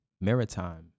Maritime